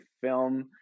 film